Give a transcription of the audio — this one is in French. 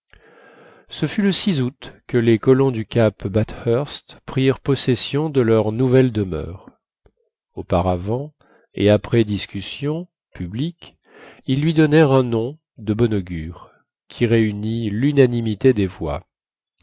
ce fut le août que les colons du cap bathurst prirent possession de leur nouvelle demeure auparavant et après discussion publique ils lui donnèrent un nom de bon augure qui réunit l'unanimité des voix